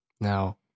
Now